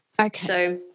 Okay